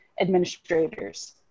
administrators